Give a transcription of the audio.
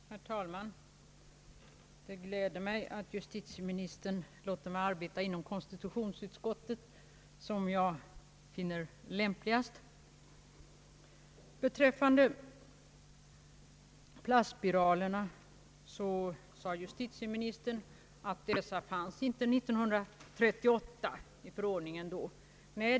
Herr talman! Det gläder mig att justitieministern låter mig arbeta inom konstitutionsutskottet som jag finner lämpligast. Justitieministern sade att plastspiralerna inte fanns då förordningen 1938 tillkom.